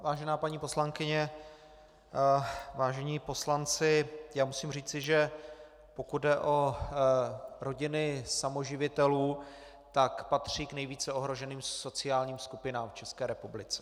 Vážená paní poslankyně, vážení poslanci, musím říci, že pokud jde o rodiny samoživitelů, tak patří k nejvíce ohroženým sociálním skupinám v České republice.